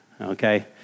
okay